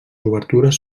obertures